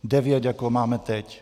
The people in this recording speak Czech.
Devět, jako máme teď.